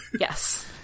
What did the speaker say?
Yes